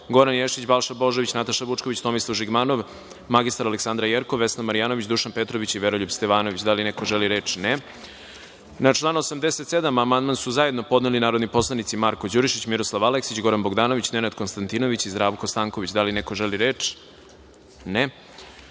Goran Ješić, Balša Božović, Nataša Vučković, Tomislav Žigmanov, mr. Aleksandra Jerkov, Vesna Marjanović, Dušan Petrović i Veroljub Stevanović. Da li neko želi reč? (Ne.)Na član 87. amandman su zajedno podneli narodni poslanici Marko Đurišić, Miroslav Aleksić, Goran Bogdanović, Nenad Konstantinović i Zdravko Stanković. Da li neko želi reč?